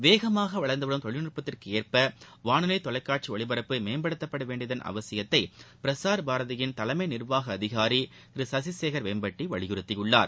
வேகமாக வளர்ந்து வரும் தொழில்நுட்பத்திற்கு ஏற்ப வானொலி தொலைகாட்சி ஒலிபரப்பு மேம்படுத்தபட வேண்டியதன் அவசியத்தை பிரசார் பாரதியின் தலைமை நிர்வாக அதிகாரி திரு சசிசேகர் வேம்பட்டி வலியுறுத்தியுள்ளார்